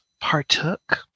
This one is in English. partook